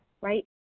right